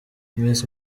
miss